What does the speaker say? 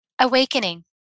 awakening